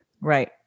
Right